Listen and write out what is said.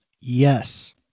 Yes